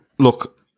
Look